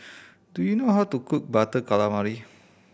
do you know how to cook Butter Calamari